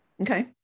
Okay